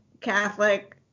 Catholic